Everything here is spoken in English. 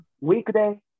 Weekday